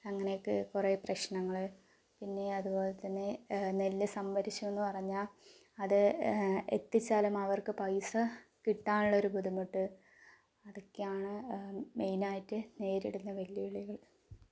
അങ്ങനെയൊക്കേ കുറേ പ്രശ്നങ്ങൾ പിന്നെ അതുപോലെ തന്നേ നെല്ല് സംഭരിച്ചുവെന്ന് പറഞ്ഞാൽ അത് എത്തിച്ചാലും അവർക്കു പൈസ കിട്ടാനുള്ളൊരു ബുദ്ധിമുട്ട് അതൊക്കെയാണ് മെയിനായിട്ടു നേരിടുന്ന വെല്ലുവിളികൾ